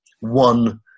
one